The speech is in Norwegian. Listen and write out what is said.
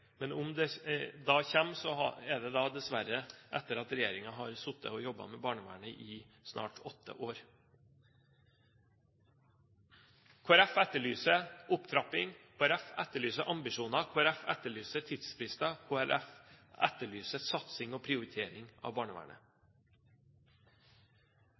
Men om det kommer, er det dessverre etter at regjeringen har sittet og jobbet med barnevernet i snart åtte år. Kristelig Folkeparti etterlyser opptrapping, Kristelig Folkeparti etterlyser ambisjoner, Kristelig Folkeparti etterlyser tidsfrister, og Kristelig Folkeparti etterlyser satsing og prioritering av barnevernet.